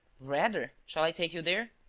rather! shall i take you there?